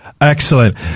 Excellent